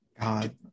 God